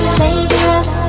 Dangerous